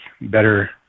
better